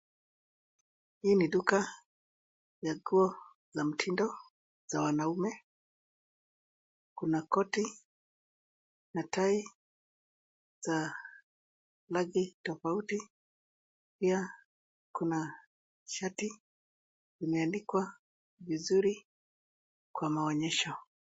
Hii ni duka ya nguo za mtindo za wanaume. Kuna koti na tai za rangi tofauti. Pia kuna shati imeanikwa vizuri kwa maonyesho.